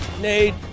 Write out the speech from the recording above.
Nade